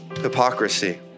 hypocrisy